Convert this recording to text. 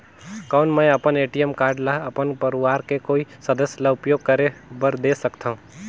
कौन मैं अपन ए.टी.एम कारड ल अपन परवार के कोई सदस्य ल उपयोग करे बर दे सकथव?